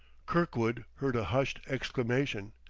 kirkwood heard a hushed exclamation,